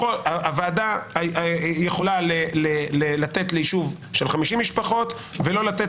הוועדה יכולה לתת ליישוב של 50 משפחות ולא לתת